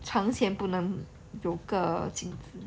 床前不能有个镜子